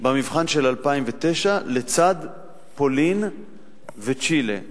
במבחן של 2009 לצד פולין וצ'ילה.